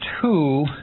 two